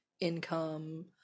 income